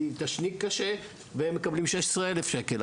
והם מקבלים 16,000 שקל.